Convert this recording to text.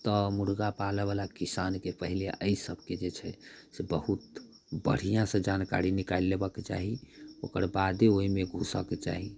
तऽ मुर्गा पालबवला किसानके पहिले अइ सबके जे छै से बहुत बढ़िआँसँ जानकारी निकालि लेबऽके चाही ओकर बादे ओइमे घुसऽके चाही